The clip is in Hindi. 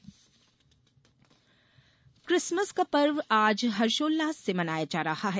किसमस किसमस का पर्व आज हर्षोल्लास से मनाया जा रहा है